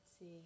see